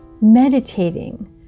meditating